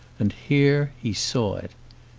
and here he saw it.